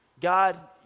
God